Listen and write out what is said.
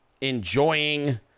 enjoying